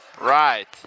Right